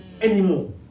anymore